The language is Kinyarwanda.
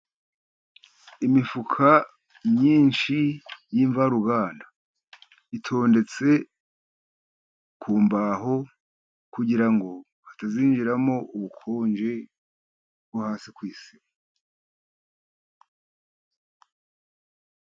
Imifuka myinshi y'imvaruganda itondetse ku mbaho, kugira ngo hatazinjiramo ubukonje bwo hasi ku isima.